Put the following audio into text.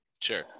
Sure